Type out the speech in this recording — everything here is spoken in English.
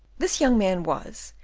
this young man was,